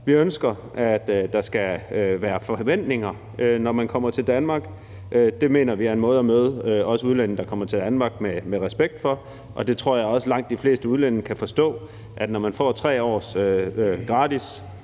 Vi ønsker, at der skal være forventninger, når man kommer til Danmark. Det mener vi er en måde at møde udlændinge, der kommer til Danmark, med respekt, og det tror jeg også langt de fleste udlændinge kan forstå, altså at når man får 3 års gratis